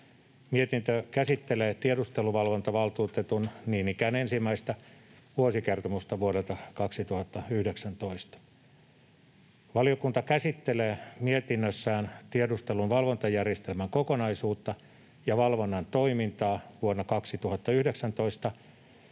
Mietintö käsittelee tiedusteluvalvontavaltuutetun niin ikään ensimmäistä vuosikertomusta vuodelta 2019. Valiokunta käsittelee mietinnössään tiedustelun valvontajärjestelmän kokonaisuutta ja valvonnan toimintaa vuonna 2019